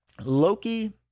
Loki